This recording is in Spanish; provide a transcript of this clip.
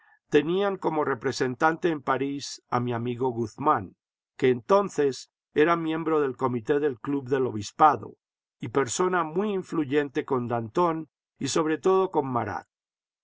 tenían como representante en parís a mi amigo guzmán que entonces era miembro del comité del club d el obispado y persona muy inñuyente con danton y sobre todo con